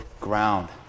ground